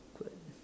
awkward